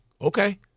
okay